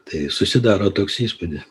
tai susidaro toks įspūdi